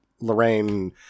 Lorraine